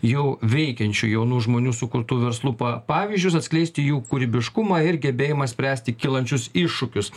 jau veikiančių jaunų žmonių sukurtų verslų pa pavyzdžius atskleisti jų kūrybiškumą ir gebėjimą spręsti kylančius iššūkius